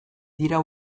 dira